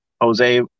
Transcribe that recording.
Jose